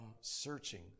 searching